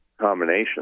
combination